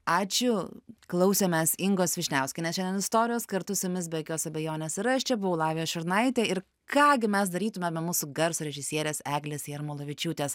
ačiū klausėmės ingos vyšniauskienės šiandien istorijos kartu su jumis be jokios abejonės ir aš čia buvau lavija šurnaitė ir ką gi mes darytumėm be mūsų garso režisierės eglės jarmolavičiūtės